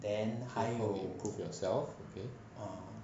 improve yourself okay